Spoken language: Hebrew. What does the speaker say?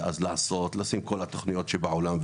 אני יכול לנסות לעשות ולבוא עם כל התוכניות שבעולם,